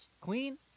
Queen